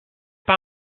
pas